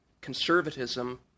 conservatism